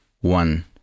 one